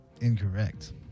Incorrect